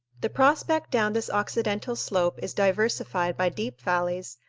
the prospect down this occidental slope is diversified by deep valleys,